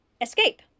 escape